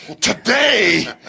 Today